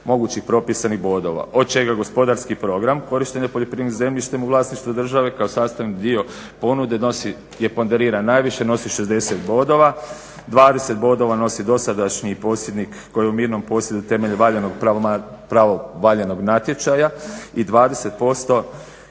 mogućih propisanih bodova od čega gospodarski program korištenja poljoprivrednim zemljištem u vlasništvu države kao sastavni dio ponude nosi, je ponderiran najviše nosi 60 bodova. 20 bodova nosi dosadašnji posjednik koji je u mirnom posjedu temeljem valjanog pravovaljanog natječaja i 20%